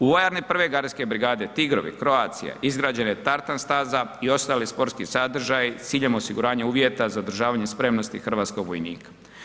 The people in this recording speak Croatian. U vojarni 1. gardijske brigade Tigrovi Croatia izgrađena je tartan staza i ostali sportski sadržaji s ciljem osiguranja uvjeta za održavanje spremnosti hrvatskog vojnika.